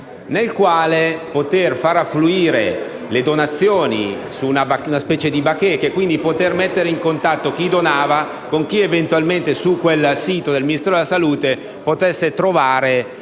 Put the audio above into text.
nel quale poter far affluire le donazioni su una specie bacheca e, quindi, mettere in contatto chi donava con chi eventualmente su quel sito del Ministero della salute poteva trovare